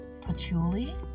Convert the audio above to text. patchouli